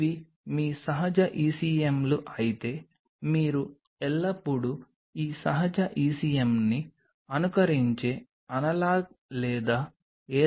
ఇవి మీ సహజ ECMలు అయితే మీరు ఎల్లప్పుడూ ఈ సహజ ECMని అనుకరించే అనలాగ్ లేదా ఏదైనా డెవలప్ చేయవచ్చు